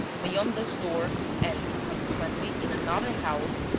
beyond this door and, consequently, in another house,